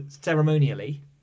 ceremonially